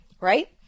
right